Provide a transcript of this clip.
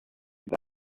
that